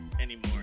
anymore